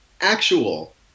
actual